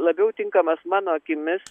labiau tinkamas mano akimis